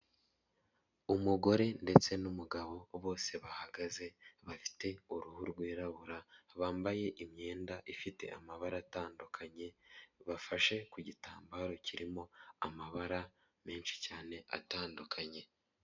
Umugore ndetse n'umugabo bose bahagaze bafite uruhu rwirabura, bambaye imyenda ifite amabara atandukanye bafashe ku gitambaro kirimo amabara menshi cyane atandukanye.